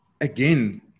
Again